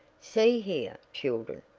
see here, children,